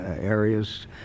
areas